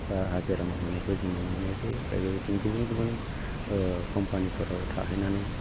बा हाजिरा मावहैनायखौ जों नुनो मोननाय जायो ओमफाय बेबायदिनो गुबुन गुबुन कम्पानिफोराव थाहैनानै